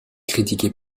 critiquée